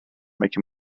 make